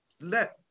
Let